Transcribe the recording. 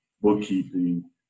bookkeeping